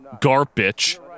Garbage